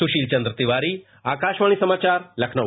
सुशील चन्द्र तिवारी आकाशवाणी समाचार लखनऊ